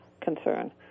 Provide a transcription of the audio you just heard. concern